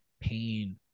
pain